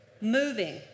Moving